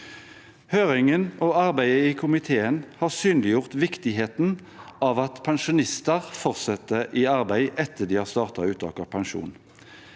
Høringen og arbeidet i komiteen har synliggjort viktigheten av at pensjonister fortsetter i arbeid etter at de har startet uttak av pensjon.